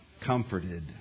comforted